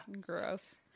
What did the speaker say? Gross